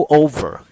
over